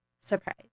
surprise